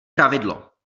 pravidlo